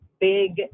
big